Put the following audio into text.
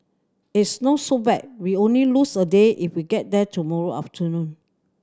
it's not so bad we only lose a day if we get there tomorrow afternoon